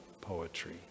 poetry